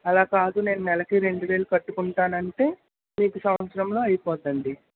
అలా కాదు నేను నెలకి రెండువేలు కట్టుకుంటానంటే మీకు సంవత్సరంలో అయిపోద్దండి